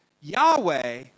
Yahweh